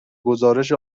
گزارش